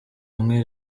bamwe